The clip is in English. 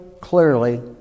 clearly